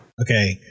Okay